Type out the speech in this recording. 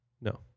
No